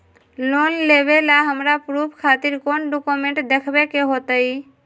Loan लेबे ला हमरा प्रूफ खातिर कौन डॉक्यूमेंट देखबे के होतई?